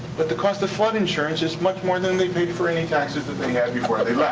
but the cost of flood insurance is much more than they paid for any taxes that they had before they left.